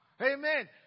Amen